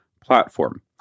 platform